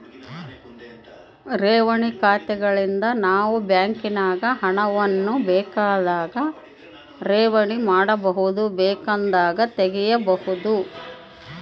ಠೇವಣಿ ಖಾತೆಗಳಿಂದ ನಾವು ಬ್ಯಾಂಕಿನಾಗ ಹಣವನ್ನು ಬೇಕಾದಾಗ ಠೇವಣಿ ಮಾಡಬಹುದು, ಬೇಕೆಂದಾಗ ತೆಗೆಯಬಹುದು